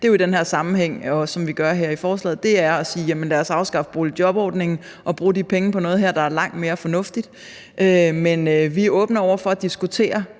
– er i den sammenhæng, og som vi gør her i forslaget, at afskaffe boligjobordningen og bruge de penge på noget, der er langt mere fornuftigt. Men vi er åbne over for at diskutere,